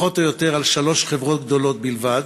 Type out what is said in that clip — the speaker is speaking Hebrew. פחות או יותר, על שלוש חברות גדולות בלבד,